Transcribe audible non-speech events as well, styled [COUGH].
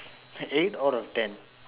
[BREATH] eight out of ten